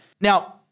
Now